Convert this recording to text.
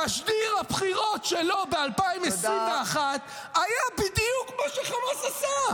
תשדיר הבחירות שלו ב-2021 היה בדיוק מה שחמאס עשה.